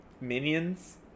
Minions